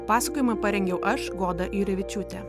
pasakojimą parengiau aš goda jurevičiūtė